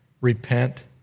repent